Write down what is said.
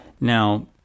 now